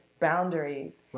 boundaries